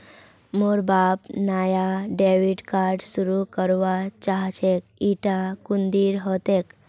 मोर बाप नाया डेबिट कार्ड शुरू करवा चाहछेक इटा कुंदीर हतेक